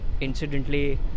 incidentally